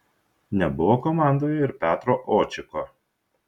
nebuvo komandoje ir petro očiko